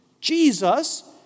jesus